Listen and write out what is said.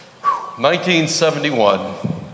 1971